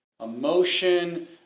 emotion